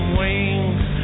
wings